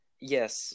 yes